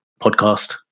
podcast